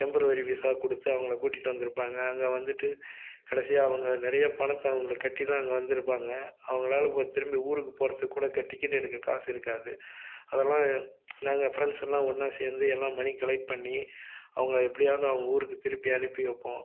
temporary visa கொடுத்து அவங்களை கூட்டிகிட்டு வந்திருப்பாங்க அங்கே வந்துட்டு கடைசியாக அவங்க நிறைய பணத்தை அவங்களுக் கட்டிதான் அங்கே வந்திருப்பாங்க அவங்களால் திரும்பி ஊருக்கு போகிறத்துக்கு கூட டிக்கெட் எடுக்க காசு இருக்காது அதெல்லாம் நாங்கள் ஃப்ரெண்ட்ஸெல்லாம் ஒன்றா சேர்ந்து எல்லாம் மனி கலெக்ட் பண்ணி அவங்கள எப்படியாவது அவங்க ஊருக்கு திருப்பி அனுப்பி வைப்போம்